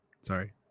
Sorry